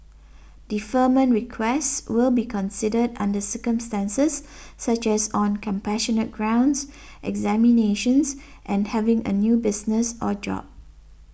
deferment requests will be considered under circumstances such as on compassionate grounds examinations and having a new business or job